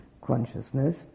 consciousness